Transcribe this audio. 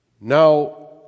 Now